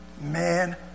man